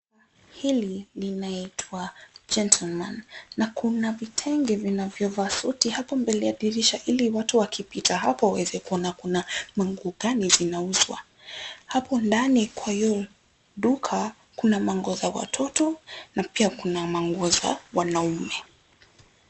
Hili linaitwa, gentleman, na kuna vitenge vinavyovaa suti hapo mbele ya dirisha ili watu wakipita hapo waweze kuna manguo gani zinauzwa. Hapo ndani kwa hio duka kuna manguo za watoto na pia kuna manguo za wanaume.